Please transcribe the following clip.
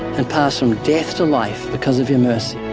and pass from death to life because of your mercy.